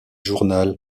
journal